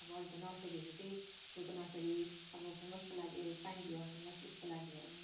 अब अरू त नर्सरीहरू त्यही फुलको नर्सरी अब फेमसको लागि ए पाइन भ्यु अब फेमस उइसको लागि हो